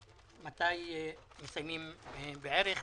מתי מסיימים בערך,